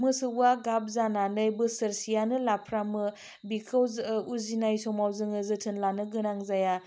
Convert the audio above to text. मोसौवा गाब जानानै बोसोरसेयानो लाफ्रामो बिखौ जोह उजिनाय समाव जोङो जोथोन लानो गोनां जाया